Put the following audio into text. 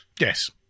Yes